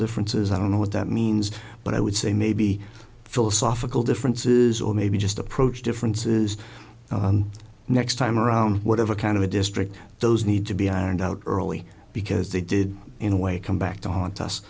differences i don't know what that means but i would say maybe philosophical differences or maybe just approach differences next time around whatever kind of a district those need to be ironed out early because they did in a way come back to haunt us